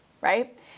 right